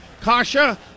Kasha